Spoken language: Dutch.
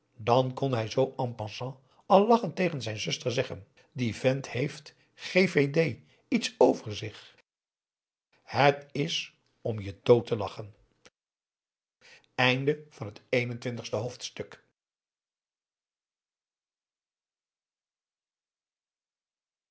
dan kon hij zoo en passant al lachend tegen zijn zuster zeggen die vent heeft gévédé iets over zich het is om je dood te lachen p